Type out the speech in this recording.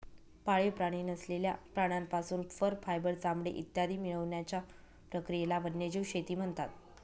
पाळीव प्राणी नसलेल्या प्राण्यांपासून फर, फायबर, चामडे इत्यादी मिळवण्याच्या प्रक्रियेला वन्यजीव शेती म्हणतात